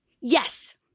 Yes